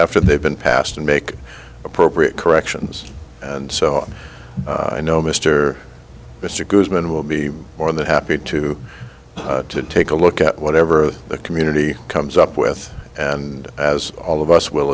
after they've been passed and make appropriate corrections and so on you know mr mr goodman will be more than happy to take a look at whatever the community comes up with and as all of us will